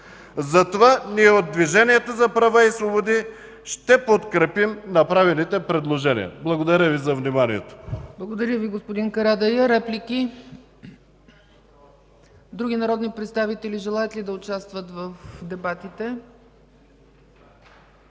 Затова ние от Движението за права и свободи ще подкрепим направените предложения. Благодаря Ви за вниманието.